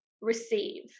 receive